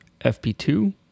fp2